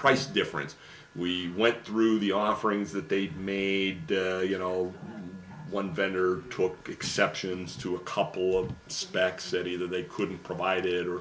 price difference we went through the offerings that they made you know one vendor took exceptions to a couple of specs and either they couldn't provide it or